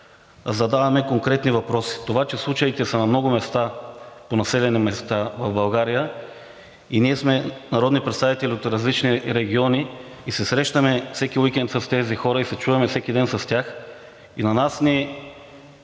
задаваме конкретни въпроси. Това, че случаите са в много населени места в България и ние сме народни представители от различни региони, и се срещаме всеки уикенд с тези хора, и се чуваме всеки ден с тях, и на нас се